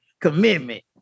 commitment